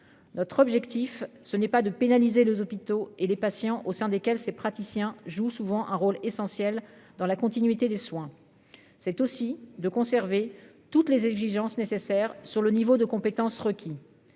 notre objectif, ce n'est pas de pénaliser les hôpitaux et les patients au sein desquels ces praticiens jouent souvent un rôle essentiel dans la continuité des soins, c'est aussi de conserver toutes les exigences nécessaires sur le niveau de compétence requis,